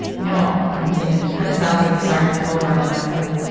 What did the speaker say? you know, ramtin, it kind of sounds like you're starting to come over onto my side